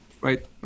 right